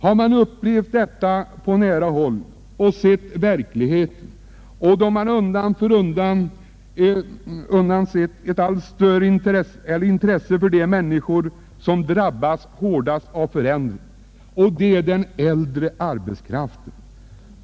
Jag har upplevt den på nära håll, och jag har då fått ett allt starkare intresse för de människor som drabbats hårdast, nämligen den äldre arbetskraften.